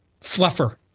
Fluffer